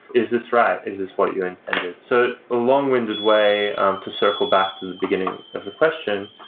is this right? is this what you intended? so a long-winded way to circle back to the beginning of the question,